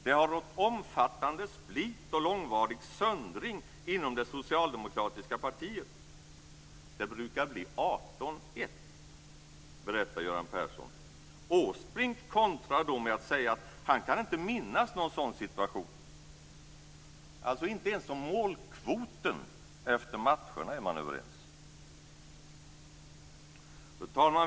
Det har rått omfattande split och långvarig söndring inom det socialdemokratiska partiet. Det brukar bli 18-1, berättar Göran Persson. Åsbrink kontrar då med att säga att han inte kan minnas någon sådan situation. Alltså inte ens om målkvoten efter matcherna är man överens. Fru talman!